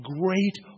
great